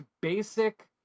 basic